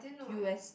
U_S